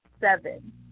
seven